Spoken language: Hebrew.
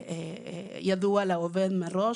ידוע לעובד מראש.